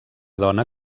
dona